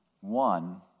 one